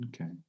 okay